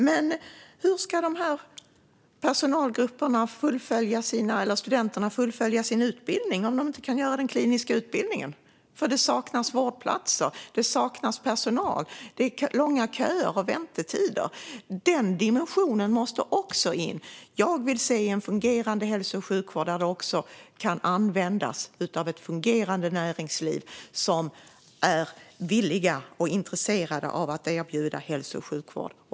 Men hur ska de här studenterna fullfölja sin utbildning om de inte kan göra den kliniska utbildningen på grund av att det saknas vårdplatser och personal och att köer och väntetider är långa? Den dimensionen måste också in. Jag vill se en fungerande hälso och sjukvård som kan använda sig av ett fungerande näringsliv som är villigt och intresserat av att erbjuda hälso och sjukvård.